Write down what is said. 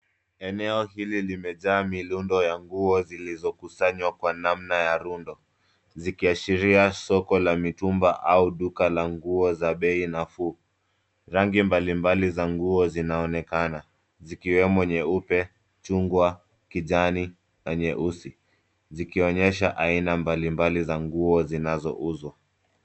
Eneo hili limejaa milundo ya nguo zilizokusanywa kwa namna ya rundo, zikiashiria soko la mitumba , au duka la nguo za bei nafuu. Rangi mbalimbali za nguo zinaonekana, zikiwemo nyeupe, chungwa, kijani, na nyeusi, zikionyesha aina mbalimbali za nguo zinazouzwa.